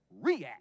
react